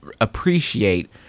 appreciate